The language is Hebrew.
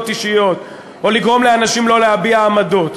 אישיות או לגרום לאנשים לא להביע עמדות.